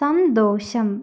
സന്തോഷം